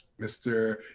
Mr